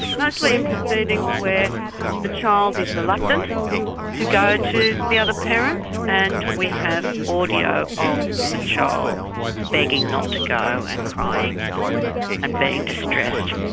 mostly in proceedings where the child is reluctant to go to the other parent, and we have audio of the child begging not to go and crying and being distressed.